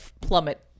plummet